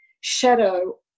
shadow